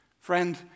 friend